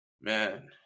Man